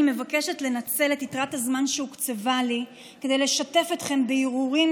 אני מבקשת לנצל את יתרת הזמן שהוקצבה לי כדי לשתף אתכם בהרהורים